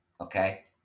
Okay